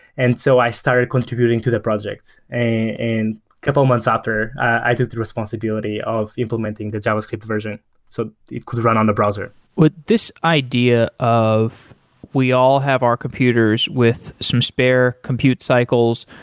and so i started contributing to the project, and couple months after i did the responsibility of implementing the javascript version so it could run on the browser with this idea of we all have our computers with some spare compute cycles,